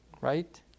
right